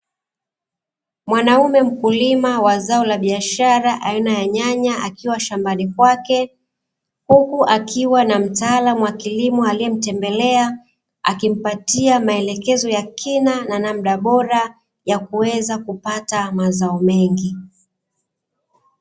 Mwanaume mkulima wa zao biashara aina ya nyanya akiwa shambani kwake, huku akiwa na mtaalumu wa kilimo aliyemtembelea akimpatia maelekezo ya kina na namna bora ya kuweza kupata mazao mengi.